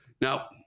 Now